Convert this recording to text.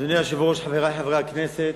אדוני היושב-ראש, חברי חברי הכנסת,